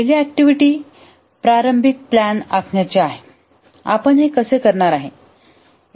पहिली एक्टिविटी प्रारंभिक प्लॅन आखण्याची आहे आपण हे कसे करणार आहे